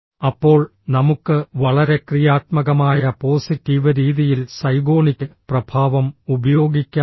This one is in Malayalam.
അപ്പോൾ നമുക്ക് വളരെ ക്രിയാത്മകമായ പോസിറ്റീവ് രീതിയിൽ സൈഗോണിക് പ്രഭാവം ഉപയോഗിക്കാമോ